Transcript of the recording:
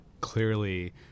clearly